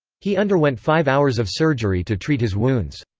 he underwent five hours of surgery to treat his wounds.